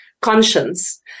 conscience